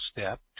step